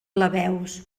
plebeus